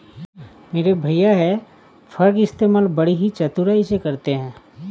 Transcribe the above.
मेरे भैया हे फार्क इस्तेमाल बड़ी ही चतुराई से करते हैं